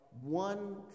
one